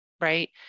right